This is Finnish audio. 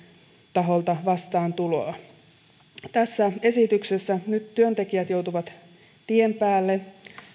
taholta vastaantuloa nyt tässä esityksessä työntekijät joutuvat tien päälle